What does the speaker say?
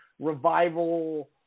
revival